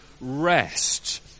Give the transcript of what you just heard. rest